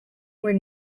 were